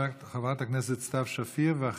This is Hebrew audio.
חברת הכנסת סתיו שפיר, ואחריה,